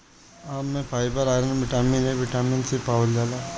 आम में fibre, iron, vitamin A, vitamin C पावल जाला